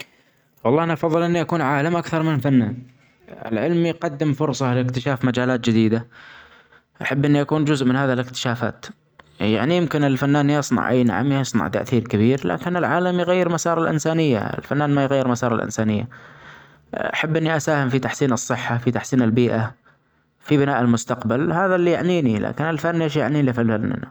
والله أنا أفظل إني أكون عالم أكثر من فنان العلم يقدم فرصة لإكتشاف مجالات جديدة، أحب إني أكون جزء منت هذي الإكتشافات ، يعني يمكن الفنان يصنع أي نعم يصنع تأثير كبير ، لكن العالم يغير مصار الإنسانية ، الفنان ما يغير مصار الإنسانية. أحب إني أساهم في تحسين الصحة في تحسين البيئة ، في بناء المستقبل هذا اللي يعنيني لكن الفن إيش يعنيلي الفن.